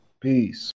Peace